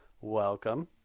Welcome